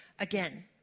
Again